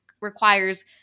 requires